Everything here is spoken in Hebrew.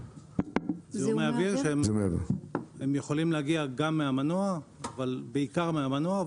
זיהומי אוויר שיכולים להגיע בעיקר מהמנוע,